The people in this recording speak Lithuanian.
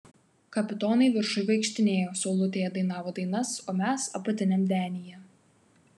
kapitonai viršuj vaikštinėjo saulutėje dainavo dainas o mes apatiniam denyje